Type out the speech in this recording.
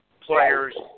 players